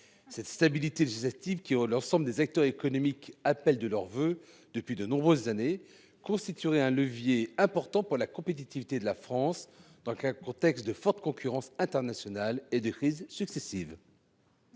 Cette stabilité législative, que l'ensemble des acteurs économiques appellent de leurs voeux depuis de nombreuses années, constituerait un levier important pour la compétitivité de la France, dans un contexte de forte concurrence internationale et de crises successives.